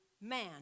man